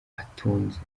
atunze